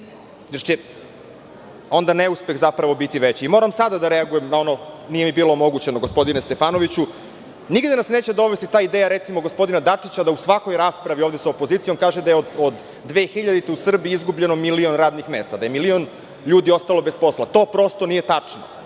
jer će onda neuspeh zapravo biti veći. Moram sada da reagujem na ono, nije mi bilo omogućeno gospodine Stefanoviću. Nigde nas neće dovesti ta ideja, recimo gospodina Dačića da u svakoj raspravi ovde sa opozicijom kaže da je od 2000. godine u Srbiji izgubljeno milion radnih mesta, da je milion ljudi ostalo bez posla. To prosto, nije tačno.